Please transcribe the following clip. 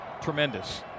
tremendous